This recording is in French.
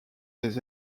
des